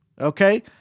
okay